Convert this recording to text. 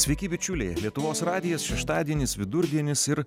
sveiki bičiuliai lietuvos radijas šeštadienis vidurdienis ir